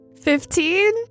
Fifteen